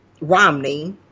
Romney